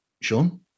Sean